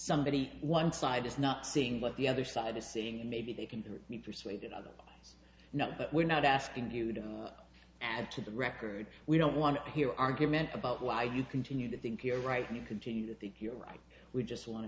somebody one side is not seeing what the other side is saying and maybe they can be persuaded otherwise not but we're not asking you to add to the record we don't want to hear argument about why you continue to think you're right and you continue to think you're right we just want to